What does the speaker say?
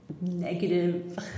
negative